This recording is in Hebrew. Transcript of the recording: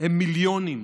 הם מיליונים,